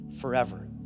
forever